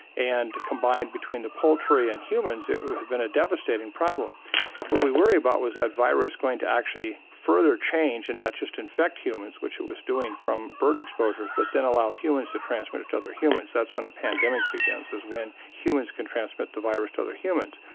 and combined between the poultry and humans it has been a devastating problem what we worry about was that virus going to actually further change and not just infect humans which it was doing from bird exposures but then allow humans to transmit it to other humans, that's when a pandemic begins, is when humans can transmit the virus to other humans.